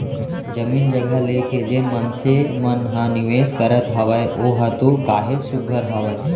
जमीन जघा लेके जेन मनसे मन ह निवेस करत हावय ओहा तो काहेच सुग्घर हावय